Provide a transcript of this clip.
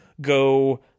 go